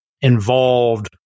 involved